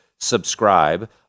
subscribe